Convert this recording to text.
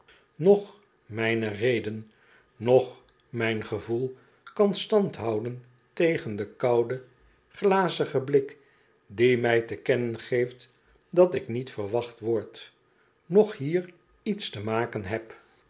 noch mijne reden noch mijn gevoel kan stand houden tegen den kouden glazigen blik die mij te kennen geeft dat ik niet verwacht word noch hier iets te maken heb